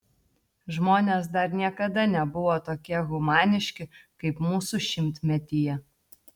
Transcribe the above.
žmonės dar niekada nebuvo tokie humaniški kaip mūsų šimtmetyje